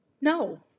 No